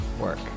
work